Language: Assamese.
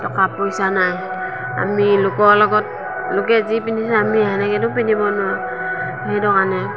টকা পইচা নাই আমি লোকৰ লগত লোকে যি পিন্ধিছে সেনেকৈতো পিন্ধিব নোৱাৰোঁ সেইটো কাৰণে